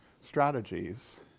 strategies